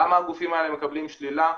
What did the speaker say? למה הגופים האלה מקבלים שלילה?